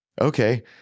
Okay